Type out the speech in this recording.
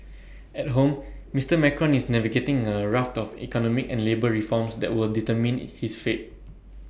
at home Mister Macron is navigating A raft of economic and labour reforms that will determine his fate